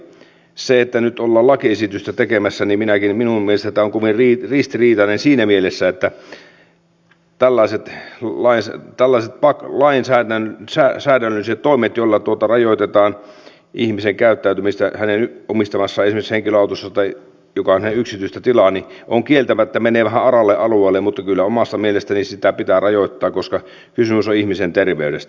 se että nyt ollaan lakiesitystä tekemässä minun mielestäni on kovin ristiriitaista siinä mielessä että tällaiset lainsäädännölliset toimet joilla rajoitetaan ihmisen käyttäytymistä esimerkiksi hänen omistamassaan henkilöautossa joka on hänen yksityistä tilaansa kieltämättä menevät vähän aralle alueelle mutta kyllä omasta mielestäni sitä pitää rajoittaa koska kysymys on ihmisen terveydestä